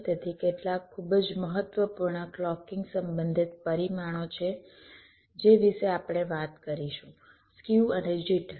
તેથી કેટલાક ખૂબ જ મહત્વપૂર્ણ ક્લૉકિંગ સંબંધિત પરિમાણો છે જે વિશે આપણે વાત કરીશું સ્ક્યુ અને જિટર